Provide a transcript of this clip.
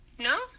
No